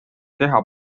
keha